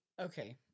Okay